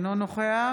אינו נוכח